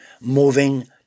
moving